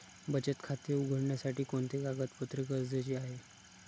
बचत खाते उघडण्यासाठी कोणते कागदपत्रे गरजेचे आहे?